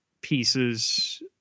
pieces